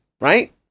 right